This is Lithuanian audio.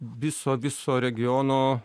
viso viso regiono